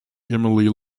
emily